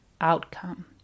outcome